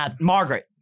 Margaret